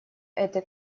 этой